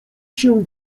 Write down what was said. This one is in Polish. się